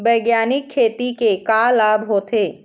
बैग्यानिक खेती के का लाभ होथे?